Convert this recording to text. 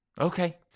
Okay